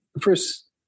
first